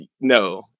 no